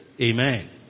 Amen